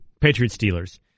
Patriots-Steelers